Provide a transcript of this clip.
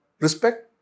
respect